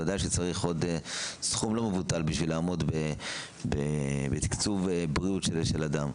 וודאי שצריך עוד סכום לא מבוטל בשביל לעמוד בתקצוב בריאות של אדם.